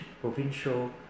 provincial